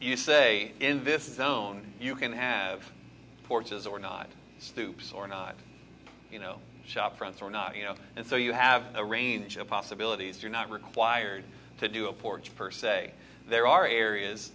you say in this is own you can have porches or not stoops or not you know shop fronts or not you know and so you have a range of possibilities you're not required to do a porch per se there are areas